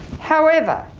however!